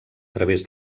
través